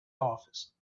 office